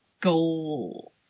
goal